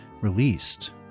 released